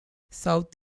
south